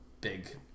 big